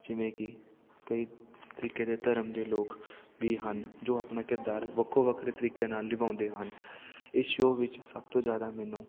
ਜਿਵੇਂ ਕਿ ਕਈ ਤਰੀਕੇ ਦੇ ਧਰਮ ਦੇ ਲੋਕ ਵੀ ਹਨ ਜੋ ਆਪਣਾ ਕਿਰਦਾਰ ਵੱਖੋ ਵੱਖਰੇ ਤਰੀਕਿਆਂ ਨਾਲ ਨਿਭਾਉਂਦੇ ਹਨ ਇਸ ਸ਼ੋਅ ਵਿੱਚ ਸਭ ਤੋਂ ਜ਼ਿਆਦਾ ਮੈਨੂੰ